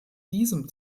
diesem